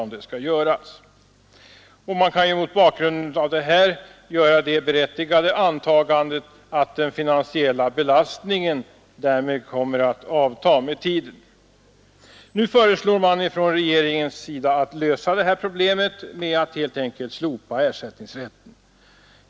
Mot den bakgrunden kan man ju göra det berättigade antagandet att den finansiella belastningen därmed kommer att avta med tiden. Nu föreslår regeringen att det här problemet skall lösas genom att vi helt enkelt slopar ersättningsrätten.